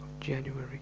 January